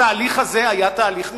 התהליך הזה היה תהליך מכוער,